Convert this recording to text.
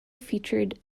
featured